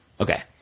Okay